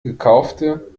gekaufte